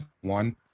one